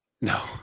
No